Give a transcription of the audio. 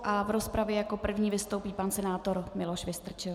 V rozpravě jako první vystoupí pan senátor Miloš Vystrčil.